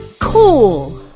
Cool